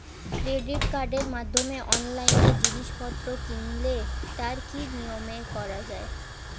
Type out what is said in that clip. Credit কার্ডের মাধ্যমে অনলাইনে জিনিসপত্র কিনলে তার কি নিয়মে করা যায়?